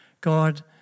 God